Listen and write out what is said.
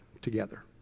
together